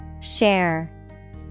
Share